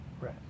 right